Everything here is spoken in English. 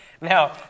Now